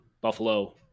Buffalo